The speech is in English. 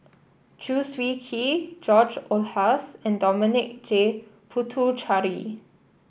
Chew Swee Kee George Oehlers and Dominic J Puthucheary